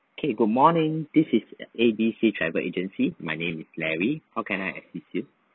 okay good morning this is A B C travel agency my name is larry how can I assist you